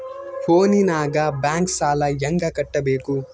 ಫೋನಿನಾಗ ಬ್ಯಾಂಕ್ ಸಾಲ ಹೆಂಗ ಕಟ್ಟಬೇಕು?